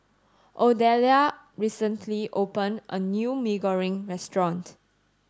Odelia recently opened a new Mee Goreng restaurant